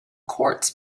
courts